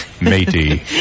matey